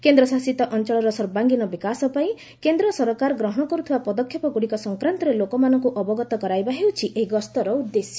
କେନ୍ଦ୍ରଶାସିତ ଅଞ୍ଚଳର ସର୍ବାଙ୍ଗୀନ ବିକାଶ ପାଇଁ କେନ୍ଦ୍ର ସରକାର ଗ୍ରହଣ କର୍ଥିବା ପଦକ୍ଷେପଗୁଡ଼ିକ ସଂକ୍ରାନ୍ତରେ ଲୋକମାନଙ୍କୁ ଅବଗତ କରାଇବା ଏହି ଗସ୍ତର ଉଦ୍ଦେଶ୍ୟ